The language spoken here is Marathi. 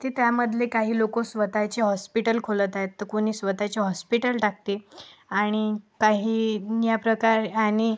तर त्यामधले काही लोकं स्वत ची हॉस्पिटल खोलत आहेत तर कोणी स्वत चे हॉस्पिटल टाकते आणि काही याप्रकारे आणि